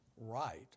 right